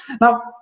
Now